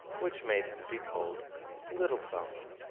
which made him be called little thumb.